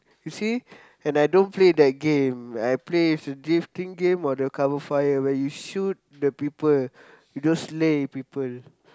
you see and I don't play that game I play drifting game or the cover fire where you shoot the people you don't slay people